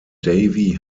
davey